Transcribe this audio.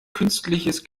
künstliches